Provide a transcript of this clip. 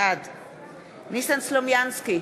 בעד ניסן סלומינסקי,